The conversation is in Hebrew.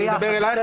אני אדבר אלייך,